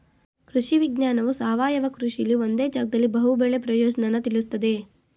ಕೃಷಿ ವಿಜ್ಞಾನವು ಸಾವಯವ ಕೃಷಿಲಿ ಒಂದೇ ಜಾಗ್ದಲ್ಲಿ ಬಹು ಬೆಳೆ ಪ್ರಯೋಜ್ನನ ತಿಳುಸ್ತದೆ